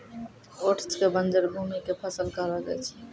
oats कॅ बंजर भूमि के फसल कहलो जाय छै